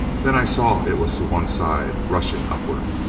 then i saw it was to one side, rushing upward.